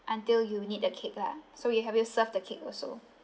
until you need the cake lah so we'll help you serve the cake also